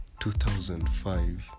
2005